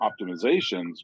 optimizations